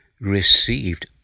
received